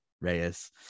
Reyes